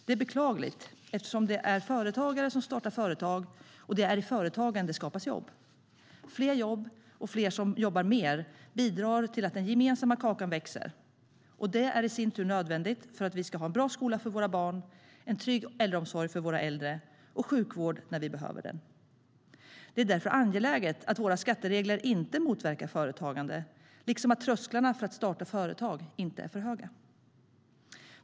Det är beklagligt eftersom det är företagare som startar företag och det är i företagen det skapas jobb. Fler jobb och fler som jobbar mer bidrar till att den gemensamma kakan växer. Det är i sin tur nödvändigt för att vi ska ha en bra skola för våra barn, en trygg äldreomsorg för våra äldre och sjukvård när vi behöver den. Det är därför angeläget att våra skatteregler inte motverkar företagande liksom att trösklarna för att starta företag inte är för höga.